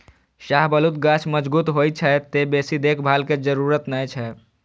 शाहबलूत गाछ मजगूत होइ छै, तें बेसी देखभाल के जरूरत नै छै